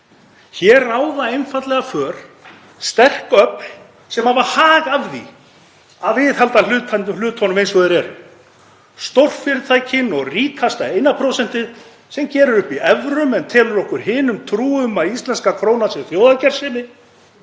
Hér ráða einfaldlega för sterk öfl sem hafa hag af því að viðhalda hlutunum eins og þeir eru, stórfyrirtækin og ríkasta eina prósentið sem gerir upp í evrum en telur okkur hinum trú um að íslenska krónan sé þjóðargersemi.